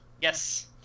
yes